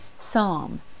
Psalm